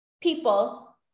people